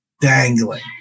dangling